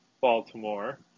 Baltimore